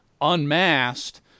Unmasked